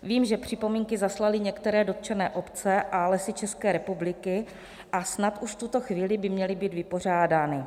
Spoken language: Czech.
Vím, že připomínky zaslaly některé dotčené obce a Lesy České republiky a snad už v tuto chvíli by měly být vypořádány.